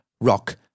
rock